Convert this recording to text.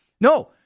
No